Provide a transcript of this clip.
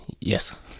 Yes